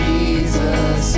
Jesus